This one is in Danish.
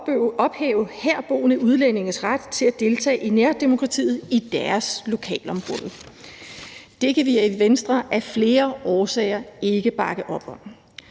at ophæve herboende udlændinges ret til at deltage i nærdemokratiet i deres lokalområde. Det kan vi i Venstre af flere årsager ikke bakke op om.